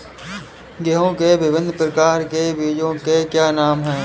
गेहूँ के विभिन्न प्रकार के बीजों के क्या नाम हैं?